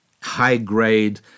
high-grade